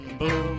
boom